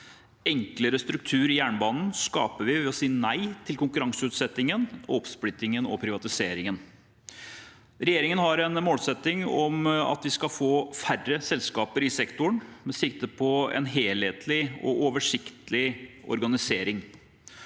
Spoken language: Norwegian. Enklere struktur i jernbanen skaper vi ved å si nei til konkurranseutsettingen, oppsplittingen og privatiseringen. Regjeringen har en målsetting om at vi skal få færre selskaper i sektoren, med sikte på en helhetlig og oversiktlig organisering.